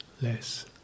less